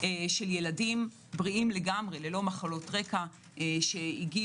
של ילדים בריאים לגמרי ללא מחלות רקע שהגיעו,